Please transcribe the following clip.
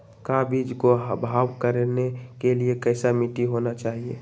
का बीज को भाव करने के लिए कैसा मिट्टी होना चाहिए?